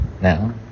Now